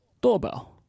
doorbell